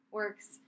works